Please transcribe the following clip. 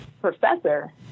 professor